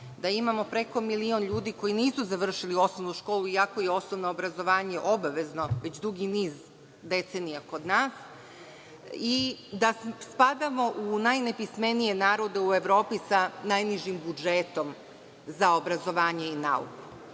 da imamo preko milion ljudi koji nisu završili osnovnu školu, iako je osnovno obrazovanje obavezno već dugi niz decenija kod nas i da spadamo u najnepismenije narode u Evropi sa najnižim budžetom za obrazovanje i nauku.